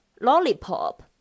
lollipop